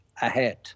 ahead